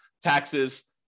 taxes